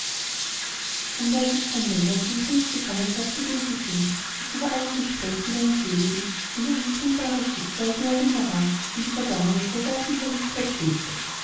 man weiß es von männern die in kriegsgefangenschaft gewesen sind daß über allen gesprächen der unseligen wie ein unentrinnbares schicksal die erinnerung an die vergangene soldatenherrlichkeit schwebte